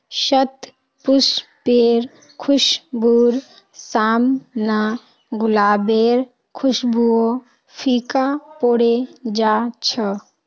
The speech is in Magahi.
शतपुष्पेर खुशबूर साम न गुलाबेर खुशबूओ फीका पोरे जा छ